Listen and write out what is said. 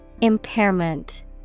Impairment